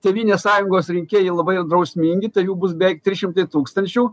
tėvynės sąjungos rinkėjai labai drausmingi taid jų bus beveik trys šimtai tūkstančių